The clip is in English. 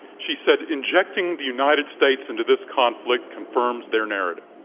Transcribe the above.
she said injecting the united states into this conflict confirms their narrative.